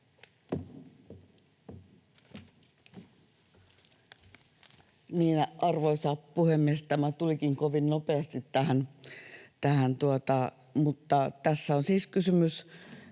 Arvoisa puhemies! Tämä tulikin kovin nopeasti tähän, mutta tässä on siis kysymys